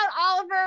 Oliver